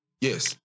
Yes